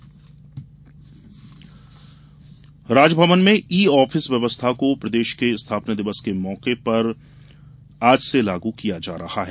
Raj Bhavan e office Raj Bhavan में e office व्यवस्था को प्रदेश के स्थापना दिवस के मौके पर कल से लागू किया जा रहा है